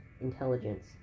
intelligence